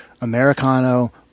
Americano